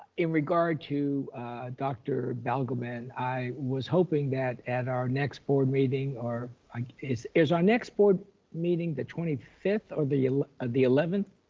in regard to dr. balgobin, i was hoping that at our next board meeting, or is, is our next board meeting the twenty fifth or the and the eleventh?